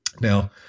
Now